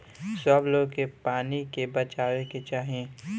सब लोग के की पानी बचावे के चाही